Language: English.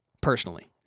personally